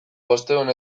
bostehun